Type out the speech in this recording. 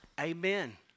Amen